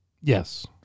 Yes